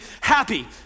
happy